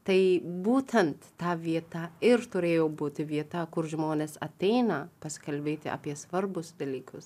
tai būtent ta vieta ir turėjo būti vieta kur žmonės ateina pasikalbėti apie svarbius dalykus